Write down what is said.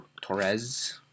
Torres